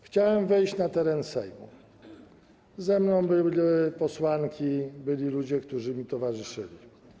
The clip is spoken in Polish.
Chciałem wejść na teren Sejmu, ze mną były posłanki, byli ludzie, którzy mi towarzyszyli.